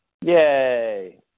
Yay